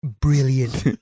brilliant